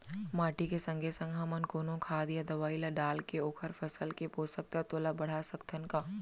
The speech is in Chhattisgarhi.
माटी के संगे संग हमन कोनो खाद या दवई ल डालके ओखर फसल के पोषकतत्त्व ल बढ़ा सकथन का?